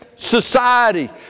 society